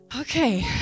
okay